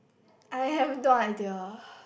I have no idea